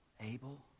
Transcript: Abel